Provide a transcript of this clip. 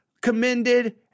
commended